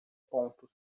pontos